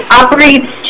operates